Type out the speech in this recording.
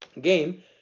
game